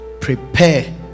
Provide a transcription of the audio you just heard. prepare